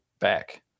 back